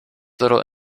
little